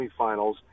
semifinals